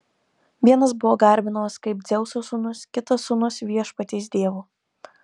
vienas buvo garbinamas kaip dzeuso sūnus kitas sūnus viešpaties dievo